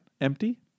Empty